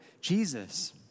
Jesus